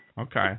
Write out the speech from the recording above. Okay